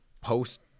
post